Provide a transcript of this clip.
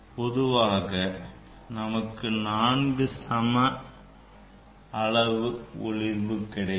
பொதுவாக நமக்கு 4 சம அளவு ஒளிர்வு கிடைக்கும்